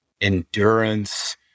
endurance